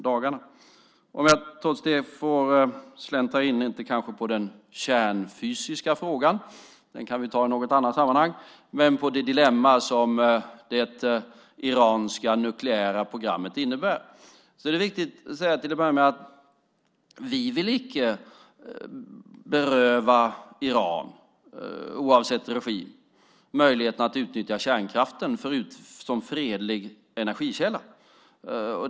Jag kan kanske trots det få släntra in, inte på den kärnfysiska frågan - den kan vi ta i något annat sammanhang - men på det dilemma som det iranska nukleära programmet innebär. Det är viktigt att säga till att börja med att vi icke vill beröva Iran, oavsett regim, möjligheten att utnyttja kärnkraften som fredlig energikälla.